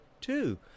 two